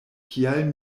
kial